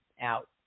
out